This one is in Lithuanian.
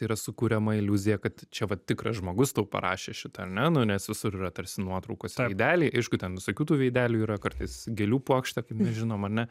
yra sukuriama iliuzija kad čia va tikras žmogus tau parašė šitą ar ne nu nes visur yra tarsi nuotraukose idealiai aišku ten visokių tų veidelių yra kartais gėlių puokštė kaip mes žinom ar ne